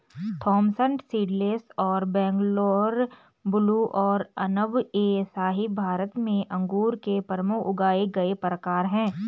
Thompson seedless और Bangalore blue और अनब ए शाही भारत में अंगूर के प्रमुख उगाए गए प्रकार हैं